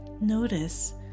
Notice